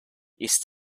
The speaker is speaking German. ist